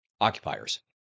occupiers